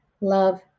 love